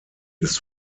ist